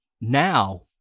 Now